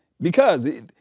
because-